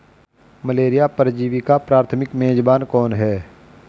Malaria परजीवी का प्राथमिक मेजबान कौन है?